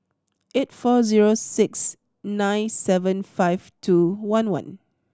eight four zero six nine seven five two one one